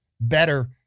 better